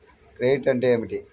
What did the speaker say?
Credit అంటే ఏమిటి?